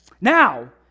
Now